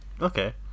Okay